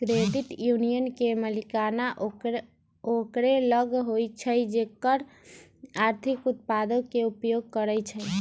credit union के मलिकाना ओकरे लग होइ छइ जे एकर आर्थिक उत्पादों के उपयोग करइ छइ